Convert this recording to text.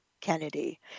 Kennedy